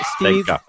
Steve